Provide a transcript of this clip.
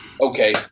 okay